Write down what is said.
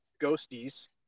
Ghosties